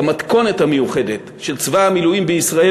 את המתכונת המיוחדת של צבא המילואים בישראל,